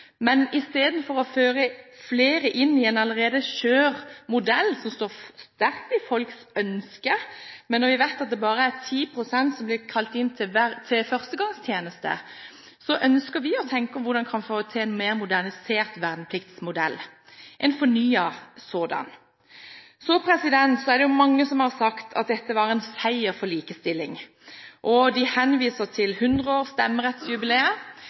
Men i stedet for å føre flere inn i en allerede skjør modell – som står sterkt i folks ønske – og når vi vet at det bare er 10 pst. som blir kalt inn til førstegangstjeneste, ønsker vi å tenke rundt hvordan en kan få til en mer modernisert og fornyet vernepliktsmodell. Det er mange som har sagt at dette var en seier for likestilling. De viser til